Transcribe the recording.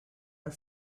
are